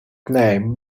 name